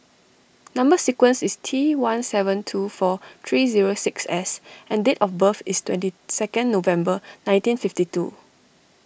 Number Sequence is T one seven two four three zero six S and date of birth is twenty second November nineteen fifty two